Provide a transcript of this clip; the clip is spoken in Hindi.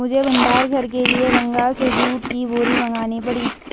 मुझे भंडार घर के लिए बंगाल से जूट की बोरी मंगानी पड़ी